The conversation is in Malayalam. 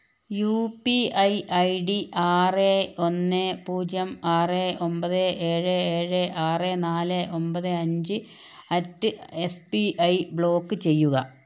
U P I I D ആറ് ഒന്ന് പൂജ്യം ആറ് ഒൻപത് ഏഴ് ഏഴ് ആറ് നാല് ഒൻപത് അഞ്ച് at S B I block ചെയ്യുക